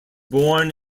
born